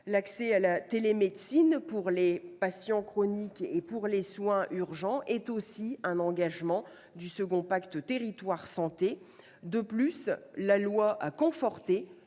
L'accès à la télémédecine pour les patients chroniques et pour les soins urgents est aussi un engagement du second pacte territoire-santé. De plus, la loi a conforté